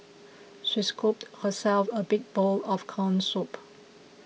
she scooped herself a big bowl of Corn Soup